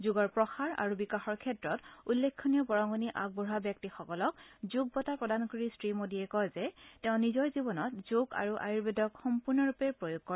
যোগৰ প্ৰসাৰ আৰু বিকাশৰ ক্ষেত্ৰত উল্লেখনীয় বৰঙণি আগবঢ়োৱা ব্যক্তিসকলক যোগ বঁটা প্ৰদান কৰি শ্ৰীমোদীয়ে কয় যে তেওঁ নিজৰ জীৱনত যোগ আৰু আয়ুৰ্বেদক সম্পূৰ্ণৰূপে প্ৰয়োগ কৰে